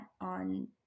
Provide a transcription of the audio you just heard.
on